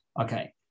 Okay